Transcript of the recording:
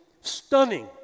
stunning